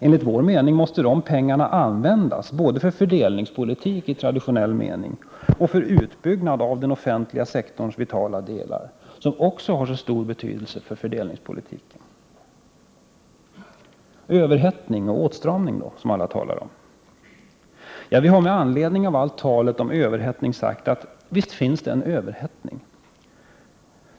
Enligt vår mening måste de pengarna användas både för fördelningspolitik i traditionell mening och för utbyggnad av den offentliga sektorns vitala delar, vilket också har stor betydelse för fördelningspolitiken. Hur är det då med den överhettning och den åtstramning som alla talar om? Vpk har med anledning av allt tal om överhettning sagt: Visst finns det en överhettning.